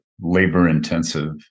labor-intensive